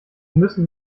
müssen